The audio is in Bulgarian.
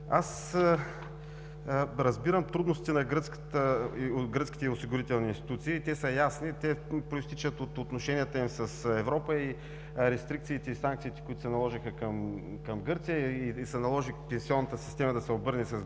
Разбирам трудностите на гръцките осигурителни институции, те са ясни, произтичат от отношенията им с Европа и рестрикциите и санкциите, които се наложиха към Гърция, и се наложи пенсионната система да се обърне с главата